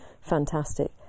fantastic